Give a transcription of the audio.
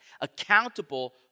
accountable